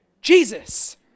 Jesus